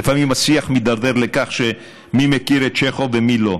השיח מידרדר למי מכיר את צ'כוב ומי לא.